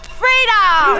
freedom